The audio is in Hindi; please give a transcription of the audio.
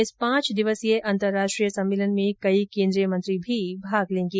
इस पांच दिवसीय अंतर्राष्ट्रीय सम्मेलन में कई केन्द्रीय मंत्री भी भाग लेंगे